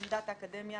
עמדת האקדמיה